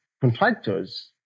contractors